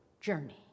journey